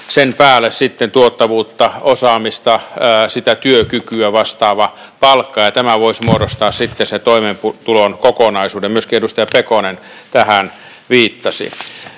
sen päälle tuottavuutta ja osaamista, sitä työkykyä, vastaava palkka. Tämä voisi muodostaa sitten sen toimeentulon kokonaisuuden. Myöskin edustaja Pekonen tähän viittasi.